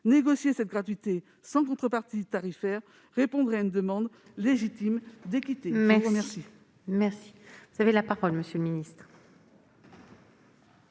Négocier cette gratuité sans contrepartie tarifaire répondrait à une demande légitime d'équité. La